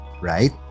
right